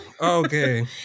Okay